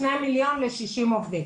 בשני מיליון ל-60 עובדים.